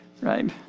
right